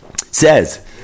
says